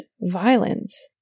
violence